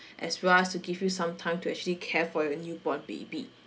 as well as to give you some time to actually care for your newborn baby